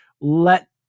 let